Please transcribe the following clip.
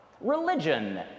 Religion